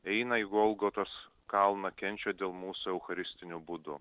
eina į golgotos kalną kenčia dėl mūsų eucharistiniu būdu